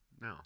No